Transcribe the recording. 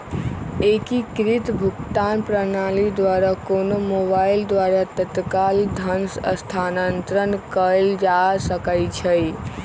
एकीकृत भुगतान प्रणाली द्वारा कोनो मोबाइल द्वारा तत्काल धन स्थानांतरण कएल जा सकैछइ